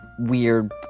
weird